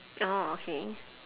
orh okay